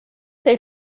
they